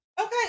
Okay